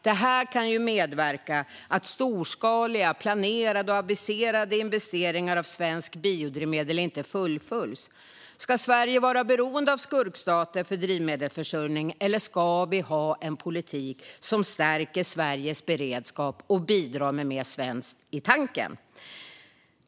Det kan medföra att storskaliga planerade och aviserade investeringar i svenskt biodrivmedel inte fullföljs. Ska Sverige vara beroende av skurkstater för drivmedelsförsörjning? Eller ska vi ha en politik som stärker Sveriges beredskap och bidrar till mer svenskt i tanken?